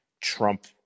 Trump